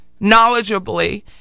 knowledgeably